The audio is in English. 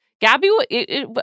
Gabby